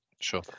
Sure